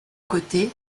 coté